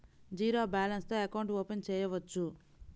Zero balance తో account open చేయవచ్చు?